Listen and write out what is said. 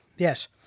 Yes